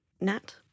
Nat